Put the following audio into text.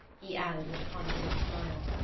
he added with a confident smile.